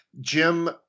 Jim